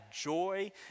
joy